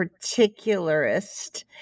particularist